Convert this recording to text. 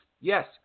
Yes